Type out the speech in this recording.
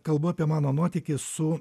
kalbu apie mano nuotykį su